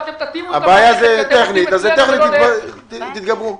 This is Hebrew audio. טכנית תתגברו.